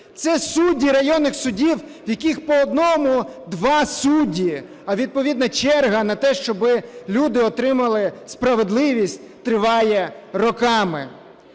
Це судді районних судів, в яких по одному-два судді, а відповідно черга на те, щоб люди отримали справедливість, триває роками.